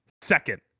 second